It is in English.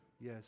Yes